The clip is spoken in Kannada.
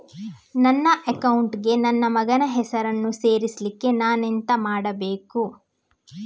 ನನ್ನ ಅಕೌಂಟ್ ಗೆ ನನ್ನ ಮಗನ ಹೆಸರನ್ನು ಸೇರಿಸ್ಲಿಕ್ಕೆ ನಾನೆಂತ ಮಾಡಬೇಕು?